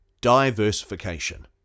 Diversification